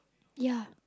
ya